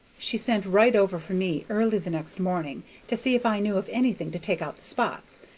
she sent right over for me early the next morning to see if i knew of anything to take out the spots,